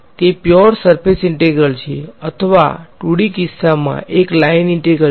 તે પ્યાર surface integral છે અથવા 2D કિસ્સામાં એક લાઈન ઈંટેગ્રલ છે